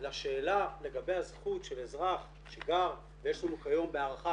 לשאלה לגבי הזכות של אזרח שגר ויש לנו כיום בהערכה